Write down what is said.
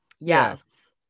Yes